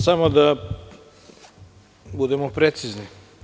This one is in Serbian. Samo da budemo precizni.